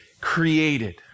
created